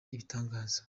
ibitangaza